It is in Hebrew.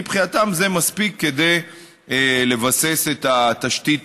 מבחינתם זה מספיק כדי לבסס את התשתית